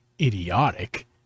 idiotic